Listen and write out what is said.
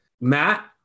Matt